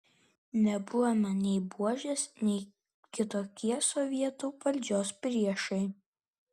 nebuvome nei buožės nei kitokie sovietų valdžios priešai